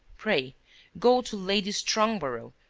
pray go to lady strongborough,